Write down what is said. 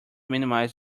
minimize